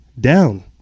down